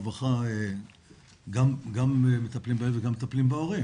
הרווחה גם מטפלים בילד וגם מטפלים בהורים.